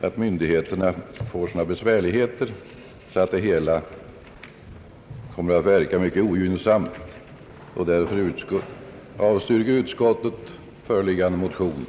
och att myndigheterna skulle få sådana besvärligheter att verkningarna skulle bli mycket ogynnsamma. Därför avstyrker utskottet föreliggande motion.